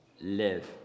live